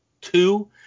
two